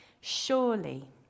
Surely